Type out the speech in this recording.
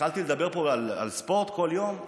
כשהתחלתי לדבר פה על ספורט כל יום,